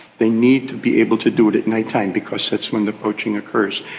they need to be able to do it at night time because that's when the poaching occurs,